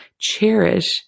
cherish